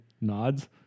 nods